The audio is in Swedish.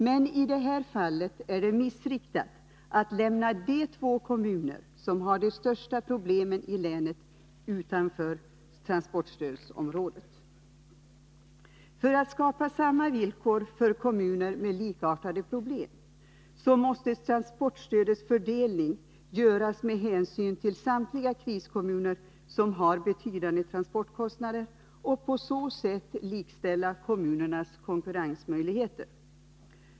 Men i det här fallet är det missriktat att lämna de två kommuner som har de största problemen i länet utanför transportstödsområdet. För att skapa samma villkor för kommuner med likartade problem måste transportstödet fördelas med hänsyn till samtliga kriskommuner som har betydande transportkostnader för att på så sätt likställa kommunernas konkurrensmöjligheter.